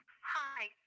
Hi